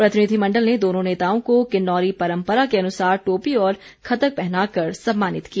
प्रतिनिधि मण्डल ने दोनों नेताओं को किन्नौरी परम्परा के अनुसार टोपी और खतक पहना कर सम्मानित किया